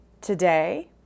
today